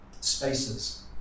spaces